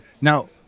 Now